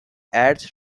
ads